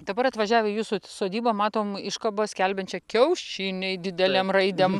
dabar atvažiavę į jūsų sodybą matom iškabą skelbiančią kiaušiniai didelėm raidėm